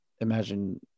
imagine